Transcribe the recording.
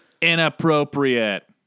Inappropriate